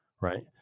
right